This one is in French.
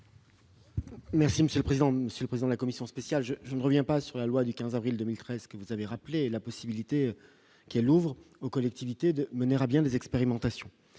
monsieur le président, Monsieur le Président, la commission spéciale je je ne reviens pas sur la loi du 15 avril 2013, que vous avez rappelé la possibilité qu'elles ouvrent aux collectivités de mener à bien des expérimentations,